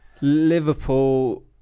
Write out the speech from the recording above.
Liverpool